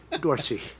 Dorsey